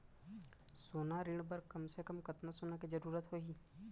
सोना ऋण बर कम से कम कतना सोना के जरूरत होही??